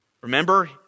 Remember